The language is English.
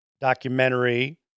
documentary